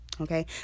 okay